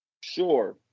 Sure